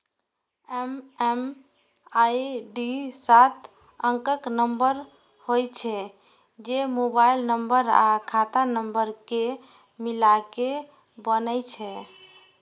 MMID सात अंकक number होइ छै, जे मोबाइल नंबर आ खाता नंबर कें मिलाके बनै छै